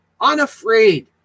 unafraid